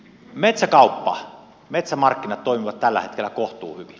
metsäkauppa metsämarkkinat toimivat tällä hetkellä kohtuu hyvin